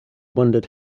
wondered